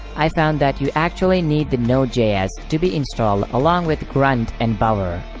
i found that you actually need the nodejs to be installed along with grunt and bower.